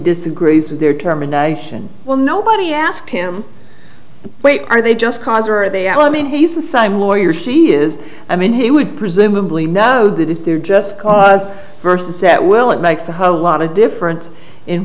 disagrees with their term and well nobody asked him are they just cause or are they i mean he's a side warrior she is i mean he would presumably know that if they're just cause versus at will it makes a whole lot of difference in